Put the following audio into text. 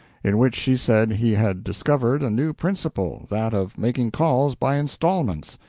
in which she said he had discovered a new principle that of making calls by instalments,